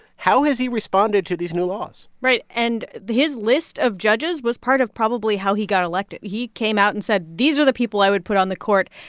how has he responded to these new laws? right. and his list of judges was part of probably how he got elected. he came out and said, these are the people i would put on the court.